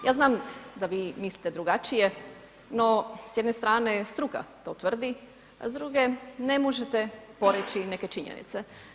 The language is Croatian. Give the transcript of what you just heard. Ja znam da vi mislite drugačije, no s jedne strane struka to tvrdi, a s druge, ne možete poreći neke činjenice.